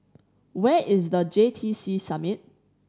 where is The J T C Summit